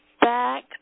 back